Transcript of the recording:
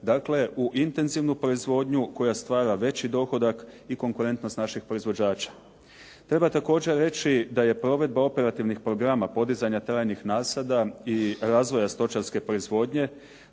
dakle u intenzivnu proizvodnju koja stvara veći dohodak i konkurentnost naših proizvođača. Treba također reći da je provedba operativnih programa podizanja trajnih nasada i razvoja stočarske proizvodnje